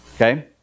Okay